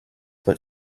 but